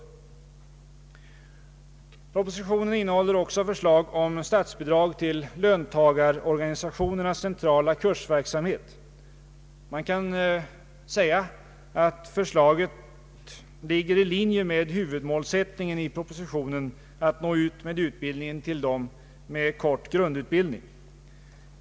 Propositionen innehåller också förslag om statsbidrag till löntagarorganisationernas centrala kursverksamhet. Man kan säga att förslaget ligger i linje med huvudmålsättningen i propositionen att nå ut med utbildning till personer med kort grundutbildning.